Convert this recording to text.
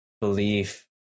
belief